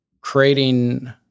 creating –